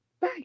Bye